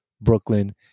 Brooklyn